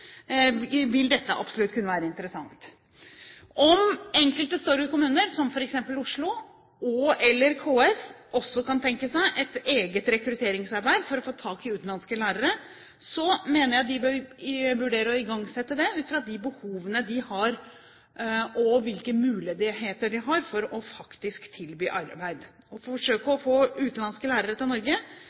vil dette absolutt kunne være interessant. Om enkelte større kommuner, som f.eks. Oslo, og/eller KS også kan tenke seg et eget rekrutteringsarbeid for å få tak i utenlandske lærere, mener jeg de bør vurdere å igangsette det ut fra de behovene de har, og ut fra hvilke muligheter de har for å tilby arbeid. Å forsøke å få utenlandske lærere til Norge